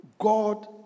God